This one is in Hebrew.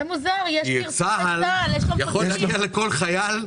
כי צה"ל יכול להגיע לכל חייל.